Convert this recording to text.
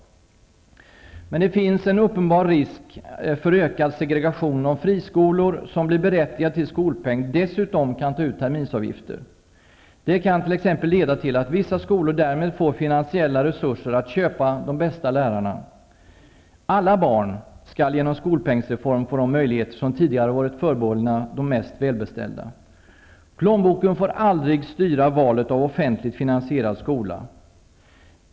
Men det finns en uppenbar risk för ökad segregation om friskolor som blir berättigade till skolpeng dessutom kan ta ut terminsavgifter. Det kan t.ex. leda till att vissa skolor därmed får finansiella resurser att ''köpa'' de bästa lärarna. Alla barn skall genom skolpengsreformen få de möjligheter som tidigare varit förbehållna de mest välbeställda. Plånboken får aldrig styra valet av offentligt finansierad skola.